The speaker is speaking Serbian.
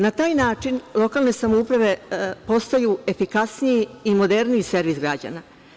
Na taj način, lokalne samouprave postaju efikasniji i moderniji servis građana.